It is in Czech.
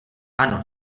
ano